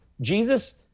Jesus